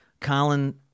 Colin